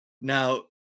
now